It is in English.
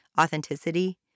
authenticity